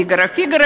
פיגארו,